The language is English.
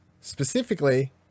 specifically